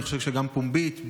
אני חושב שגם פומבית,